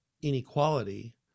inequality